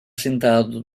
sentado